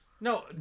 No